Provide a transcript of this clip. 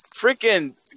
freaking –